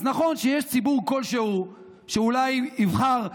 אז נכון שיש ציבור כלשהו שאולי יבחר בליברמן,